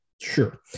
Sure